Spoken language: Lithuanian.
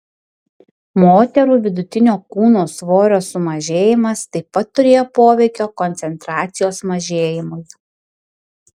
moterų vidutinio kūno svorio sumažėjimas taip pat turėjo poveikio koncentracijos mažėjimui